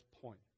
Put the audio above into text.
point